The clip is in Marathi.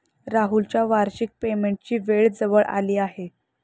राहुलच्या वार्षिक पेमेंटची वेळ जवळ आली आहे